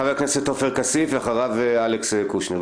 חבר הכנסת עופר כסיף ואחריו אלכס קושניר.